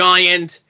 Giant